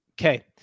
Okay